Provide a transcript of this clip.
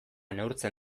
neurtzen